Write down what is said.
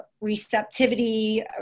Receptivity